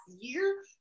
year